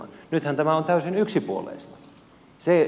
nythän tämä on täysin yksipuolista